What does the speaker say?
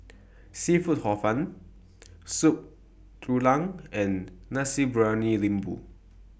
Seafood Hor Fun Soup Tulang and Nasi Briyani Lembu